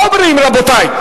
מה אומרים, רבותי?